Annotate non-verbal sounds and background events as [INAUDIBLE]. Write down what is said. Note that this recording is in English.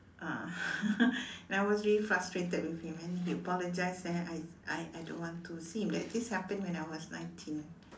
ah [LAUGHS] and I was really frustrated with him and then he apologize and I I I don't want to see him that this happened when I was nineteen